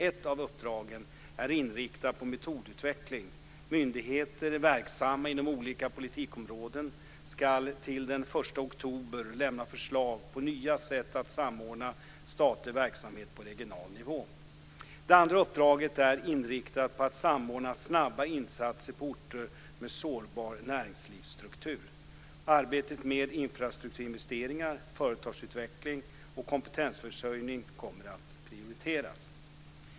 Ett av uppdragen är inriktat på metodutveckling. Myndigheter verksamma inom olika politikområden ska till den 1 oktober lämna förslag på nya sätt att samordna statlig verksamhet på regional nivå. Det andra uppdraget är inriktat på att samordna snabba insatser på orter med sårbar näringslivsstruktur. Arbetet med infrastrukturinvesteringar, företagsutveckling och kompetensförsörjning kommer att prioriteras.